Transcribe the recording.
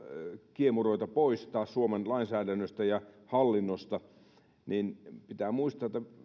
kiemuroita poistaa suomen lainsäädännöstä ja hallinnosta että pitää muistaa että